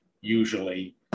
usually